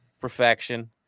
perfection